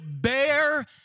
bear